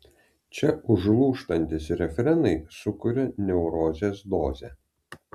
čia užlūžtantys refrenai sukuria neurozės dozę